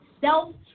self